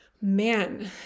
Man